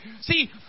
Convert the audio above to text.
See